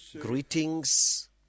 greetings